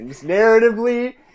narratively